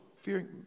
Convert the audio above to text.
fearing